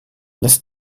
lässt